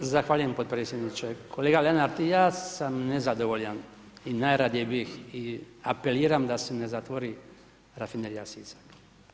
Zahvaljujem podpredsjedniče, kolega Lenart i ja sam nezadovoljan i najradije bih i apeliram da se ne zatvori rafinerija Sisak.